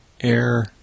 Air